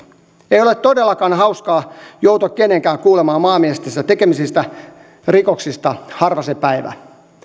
ei ole todellakaan hauskaa joutua kenenkään kuulemaan maanmiestensä tekemistä rikoksista harva se päivä